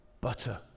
butter